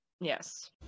yes